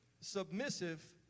submissive